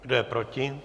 Kdo je proti?